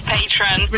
Patron